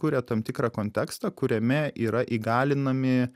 kuria tam tikrą kontekstą kuriame yra įgalinami